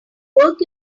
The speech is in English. work